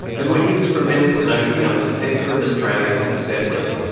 and were instrumental in opening up the centre of australia to settlers.